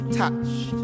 touched